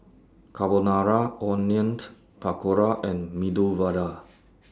Carbonara Onion Pakora and Medu Vada